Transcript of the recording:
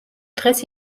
დღეს